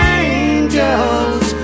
angels